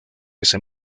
ese